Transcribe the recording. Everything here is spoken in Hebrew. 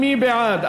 מי בעד,